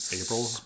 April